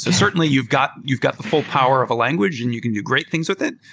so certainly, you've got you've got the full power of a language and you can do great things with it,